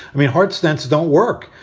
i mean, heart stents don't work.